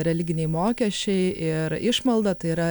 religiniai mokesčiai ir išmalda tai yra